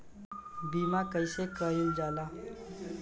बीमा कइसे कइल जाला?